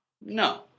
No